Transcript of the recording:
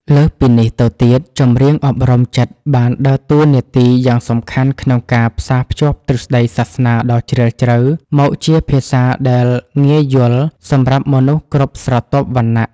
លើសពីនេះទៅទៀត ចម្រៀងអប់រំចិត្តបានដើរតួនាទីយ៉ាងសំខាន់ក្នុងការផ្សារភ្ជាប់ទ្រឹស្ដីសាសនាដ៏ជ្រាលជ្រៅ មកជាភាសាដែលងាយយល់សម្រាប់មនុស្សគ្រប់ស្រទាប់វណ្ណៈ។